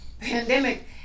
pandemic